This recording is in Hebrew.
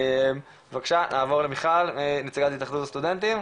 בבקשה נעבור למיכל, נציגת התאחדות הסטודנטים.